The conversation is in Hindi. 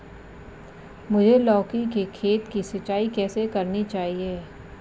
मुझे लौकी के खेत की सिंचाई कैसे करनी चाहिए?